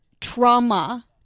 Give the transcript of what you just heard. trauma